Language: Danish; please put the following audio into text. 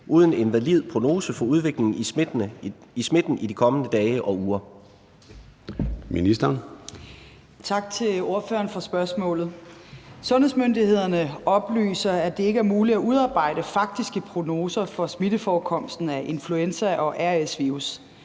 uden en valid prognose for udviklingen i smitten i de kommende dage og uger?